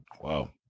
Wow